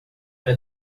era